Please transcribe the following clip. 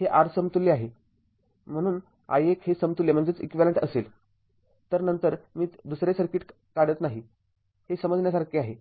हे R समतुल्य आहे आणि म्हणून i१ हे समतुल्य असेल तर नंतर मी दुसरे सर्किट काढत नाही हे समजण्यासारखे आहे